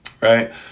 right